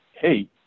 hey